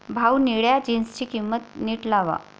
भाऊ, निळ्या जीन्सची किंमत नीट लावा